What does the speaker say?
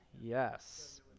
yes